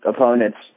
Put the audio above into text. opponents